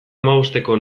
hamabosteko